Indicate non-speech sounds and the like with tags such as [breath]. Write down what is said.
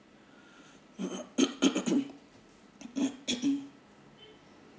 [breath] [coughs]